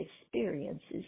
experiences